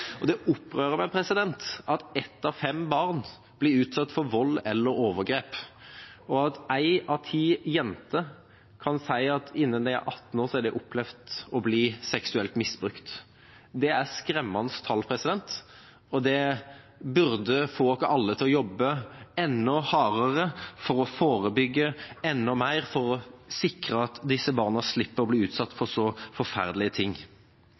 stikkord. Det opprører meg at ett av fem barn blir utsatt for vold eller overgrep, og at én av ti jenter kan si at innen de er 18 år, har de opplevd å bli seksuelt misbrukt. Det er skremmende tall, og det burde få oss alle til å jobbe enda hardere for å forebygge enda mer for å sikre at disse barna slipper å bli utsatt for så forferdelige ting.